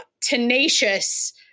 tenacious